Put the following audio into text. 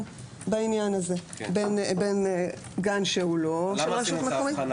בעניין הזה בין גן שהוא לא של רשות מקומית?